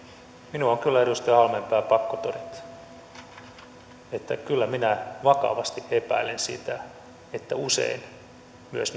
minun on kyllä edustaja halmeenpää pakko todeta että kyllä minä vakavasti epäilen sitä että usein myös